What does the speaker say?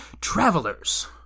travelers